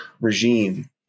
regime